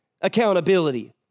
accountability